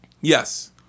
Yes